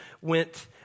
went